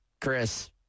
Chris